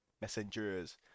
messengers